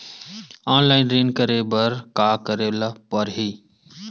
Online ऋण करे बर का करे ल पड़हि?